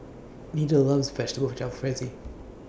Nita loves Vegetable Jalfrezi